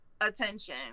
attention